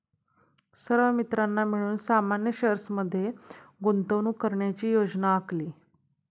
सर्व मित्रांनी मिळून सामान्य शेअर्स मध्ये गुंतवणूक करण्याची योजना आखली